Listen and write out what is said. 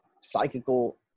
psychical